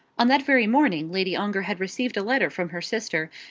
on that very morning lady ongar had received a letter from her sister,